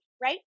right